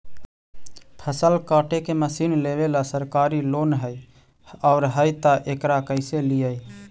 फसल काटे के मशीन लेबेला सरकारी लोन हई और हई त एकरा कैसे लियै?